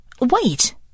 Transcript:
Wait